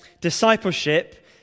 discipleship